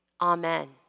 amen